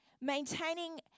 maintaining